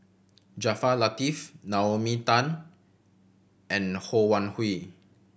Jaafar Latiff Naomi Tan and Ho Wan Hui